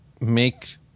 make